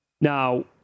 Now